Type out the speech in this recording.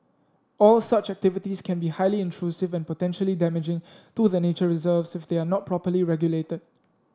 all such activities can be highly intrusive and potentially damaging to the nature reserves if they are not properly regulated